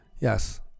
Yes